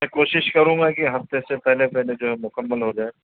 میں کوشش کروں گا کہ ہفتے سے پہلے پہلے جو ہے مکمل ہو جائے